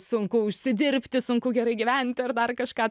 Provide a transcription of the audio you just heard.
sunku užsidirbti sunku gerai gyventi ar dar kažką